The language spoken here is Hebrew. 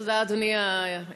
תודה, אדוני היושב-ראש.